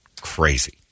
crazy